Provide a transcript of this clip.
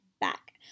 back